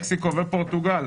מקסיקו ופורטוגל,